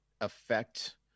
affect